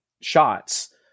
shots